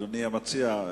אדוני המציע,